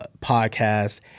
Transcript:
podcast